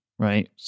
Right